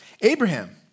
Abraham